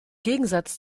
gegensatz